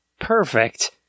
perfect